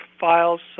files